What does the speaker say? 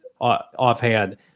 offhand